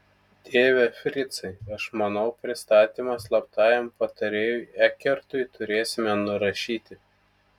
tėve fricai aš manau pristatymą slaptajam patarėjui ekertui turėsime nurašyti